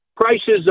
Prices